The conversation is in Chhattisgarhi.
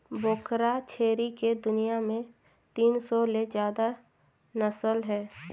बोकरा छेरी के दुनियां में तीन सौ ले जादा नसल हे